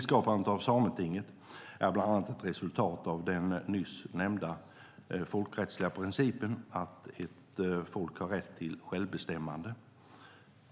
Skapandet av Sametinget är bland annat ett resultat av den nyss nämnda folkrättsliga principen att ett folk har rätt till självbestämmande.